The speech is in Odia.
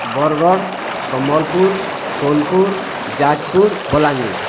ବରଗଡ଼ ସମ୍ବଲପୁର ସୋନପୁର ଯାଜପୁର ବଲାଙ୍ଗୀର